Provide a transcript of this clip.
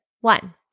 one